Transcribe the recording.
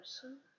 person